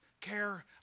care